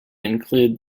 include